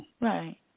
Right